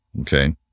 Okay